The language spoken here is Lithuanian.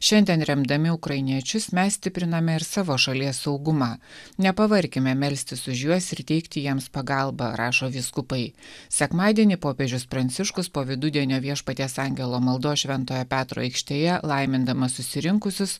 šiandien remdami ukrainiečius mes stipriname ir savo šalies saugumą nepavarkime melstis už juos ir teikti jiems pagalbą rašo vyskupai sekmadienį popiežius pranciškus po vidudienio viešpaties angelo maldos šventojo petro aikštėje laimindamas susirinkusius